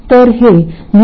तर हे 0